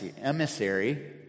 emissary